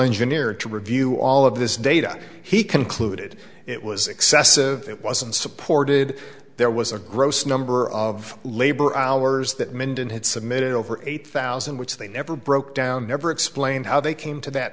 engineer to review all of this data he concluded it was excessive it wasn't supported there was a gross number of labor hours that mindon had submitted over eight thousand which they now ever broke down never explained how they came to that